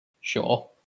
Sure